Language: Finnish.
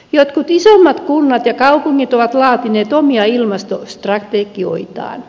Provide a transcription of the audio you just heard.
jotkut isommat kunnat ja kaupungit ovat laatineet omia ilmastostrategioitaan